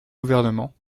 gouvernement